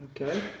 Okay